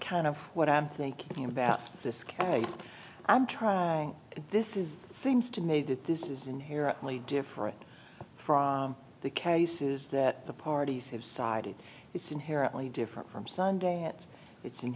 kind of what i'm thinking about this case i'm trying this is seems to me that this is inherently different from the cases that the parties have sided it's inherently different from sunda